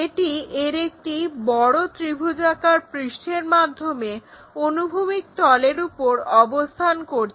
এটি এর একটি বড় ত্রিভুজাকার পৃষ্ঠের মাধ্যমে অনুভূমিক তলের উপর অবস্থান করছে